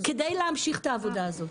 כדי להמשיך את העבודה הזאת,